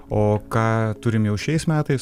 o ką turim jau šiais metais